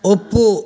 ಒಪ್ಪು